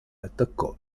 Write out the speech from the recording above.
attaccò